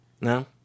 No